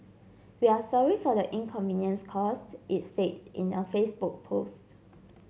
we are sorry for the inconvenience caused it said in a Facebook post